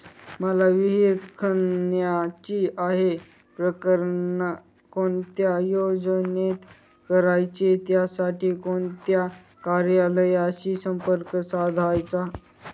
मला विहिर खणायची आहे, प्रकरण कोणत्या योजनेत करायचे त्यासाठी कोणत्या कार्यालयाशी संपर्क साधायचा?